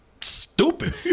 stupid